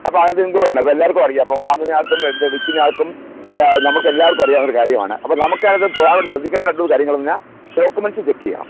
അപ്പം അതൊക്കെ അപ്പം എല്ലാവര്ക്കും അറിയാം അപ്പോൾ വാങ്ങുന്നയാൾക്കും വിൽക്കുന്നയാൾക്കും നമുക്കെല്ലാവര്ക്കും അറിയാവുന്ന ഒരു കാര്യമാണ് അപ്പം നമുക്ക് അതിനകത്ത് പ്രധാനമായിട്ട് ശ്രദ്ധിക്കേണ്ട രണ്ട് മൂന്ന് കാര്യങ്ങളെന്ന് പറഞ്ഞാൽ ഡോക്യുമെന്സ് ചെക്ക് ചെയ്യണം